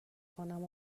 کنم